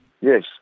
Yes